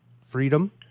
freedom